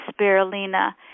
spirulina